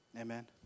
Amen